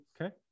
Okay